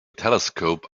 telescope